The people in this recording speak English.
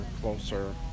closer